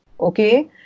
Okay